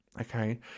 Okay